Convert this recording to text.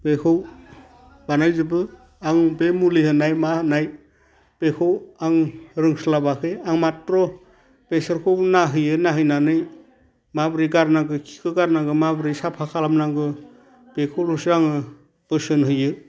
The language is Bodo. बेखौ बानायजोबो आं बे मुलि होनाय मा होनाय बेखौ आं रोंस्लाबाखै आं माथ्र बिसोरखौ नाहोयै नाहोनानै माबोरै गारनांगो खिखौ गारनांगौ माबोरै साफा खालामनांगौ बेखौल'सो आङो बोसोन होयो